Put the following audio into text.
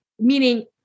Meaning